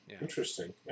Interesting